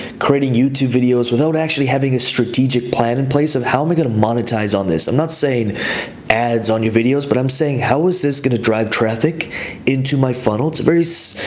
creating youtube videos without actually having a strategic plan in place of how am i gonna monetize on this? i'm not saying ads on your videos, but i'm saying, how is this gonna drive traffic into my funnel? it's a very,